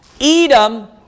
Edom